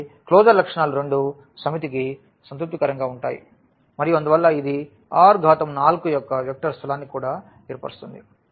కాబట్టి క్లోజర్ లక్షణాలు రెండూ సమితికి సంతృప్తికరంగా ఉంటాయి మరియు అందువల్ల ఇది R4యొక్క వెక్టర్ స్థలాన్ని కూడా ఏర్పరుస్తుంది